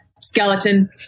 skeleton